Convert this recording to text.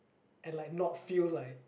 and like not feel like